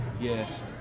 Yes